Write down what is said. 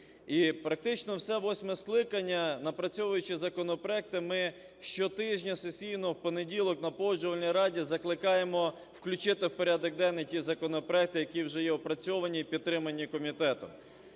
І практично все восьме скликання, напрацьовуючи законопроекти, ми щотижня сесійного в понеділок на Погоджувальній раді закликаємо включити в порядок денний ті законопроекти, які вже є опрацьовані і підтримані комітетом.